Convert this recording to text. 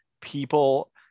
people